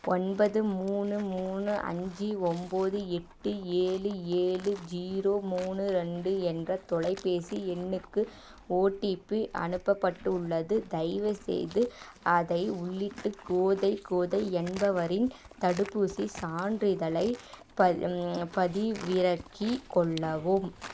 ஒன்பது மூணு மூணு அஞ்சு ஒம்போது எட்டு ஏழு ஏழு ஜீரோ மூணு ரெண்டு என்ற தொலைபேசி எண்ணுக்கு ஓடிபி அனுப்பப்பட்டுள்ளது தயவுசெய்து அதை உள்ளிட்டு கோதை கோதை என்பவரின் தடுப்பூசிச் சான்றிதழைப் பதிவிறக்கிக் கொள்ளவும்